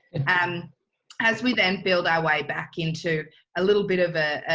and um as we then build our way back into a little bit of a,